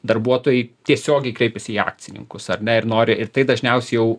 darbuotojai tiesiogiai kreipėsi į akcininkus ar ne ir nori ir tai dažniausiai jau